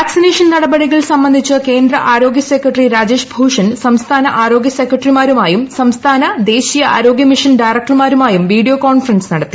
വാക് സിനേഷൻ നടപടികൾ സംബന്ധിച്ച് കേന്ദ്ര ആരോഗ്യ സെക്രട്ടറി രാജേഷ് ഭൂഷൺ സംസ്ഥാന ആരോഗ്യ സെക്രട്ടറിമാരുമായും സംസ്ഥാന ദേശീയ ആരോഗൃമിഷൻ ഡയറക്ടർമാരുമായും വീഡിയോ കോൺഫറൻസ് നടത്തി